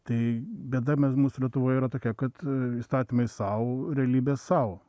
tai bėda me mūsų lietuvoje yra tokia kad įstatymai sau realybė sau